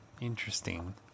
Interesting